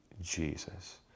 Jesus